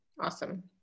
Awesome